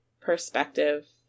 perspective